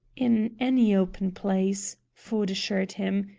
in any open place, ford assured him.